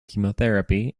chemotherapy